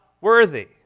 worthy